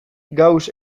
gauss